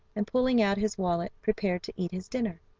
and pulling out his wallet prepared to eat his dinner.